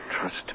Trust